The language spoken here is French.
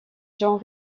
gens